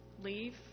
leave